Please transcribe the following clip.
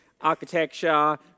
architecture